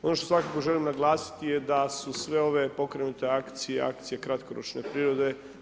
Ono što svakako želim naglasiti je da su sve ove pokrenute akcije i akcije kratkoročne prirode.